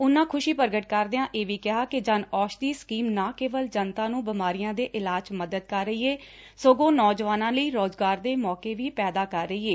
ਉਨ੍ਹਾ ਖੁਸ਼ੀ ਪ੍ਰਗਟ ਕਰਦਿਆ ਇਹ ਵੀ ਕਿਹਾ ਕਿ ਜਨ ਔਸ਼ਧੀ ਸਕੀਮ ਨਾ ਕੇਵਲ ਜਨਤਾ ਨੂੰ ਬੀਮਾਰੀਆਂ ਦੇ ਇਲਾਜ 'ਚ ਮਦਦ ਕਰ ਰਹੀ ਏ ਸਗੋਂ ਨੌਜਵਾਨਾਂ ਲਈ ਰੋਜ਼ਗਾਰ ਦੇ ਮੌਕੇ ਵੀ ਪੈਦਾ ਕਰ ਰਹੀ ਏ